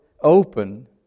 open